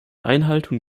einhaltung